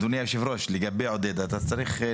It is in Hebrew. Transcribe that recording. הדבר הראשון הוא מהיכן אדם בא ולאן הוא נוסע.